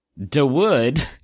DeWood